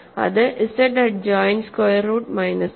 ഇത് Z adjoint square root minus 5